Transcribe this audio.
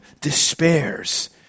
despairs